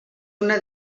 una